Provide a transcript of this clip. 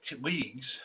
leagues